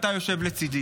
אתה יושב לצידי.